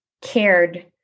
cared